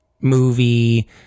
movie